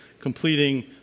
completing